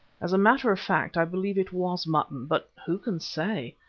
as a matter of fact, i believe it was mutton, but who could say?